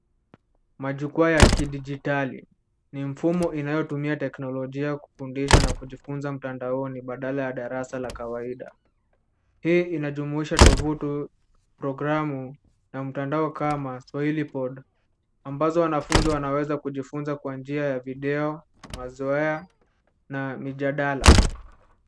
Majukwa ya kidijitali. Ni mfumo inayotumia teknolojia kufundisha na kujifunza mtandaoni badala ya darasa la kawaida. Hii inajumuisha tovuti, programu na mtandao kama swahili pod, ambazo wanafunzi wanaweza kujifunza kwa njia ya video, mazoea na mijadala.